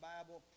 Bible